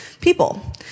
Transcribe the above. people